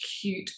cute